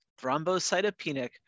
thrombocytopenic